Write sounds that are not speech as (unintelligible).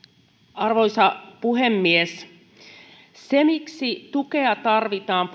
arvoisa puhemies tukea tarvitaan (unintelligible)